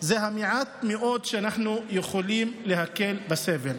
זה המעט מאוד שבו אנחנו יכולים להקל את הסבל.